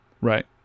Right